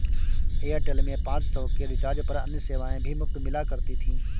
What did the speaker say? Airtel में पाँच सौ के रिचार्ज पर अन्य सेवाएं भी मुफ़्त मिला करती थी